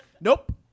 Nope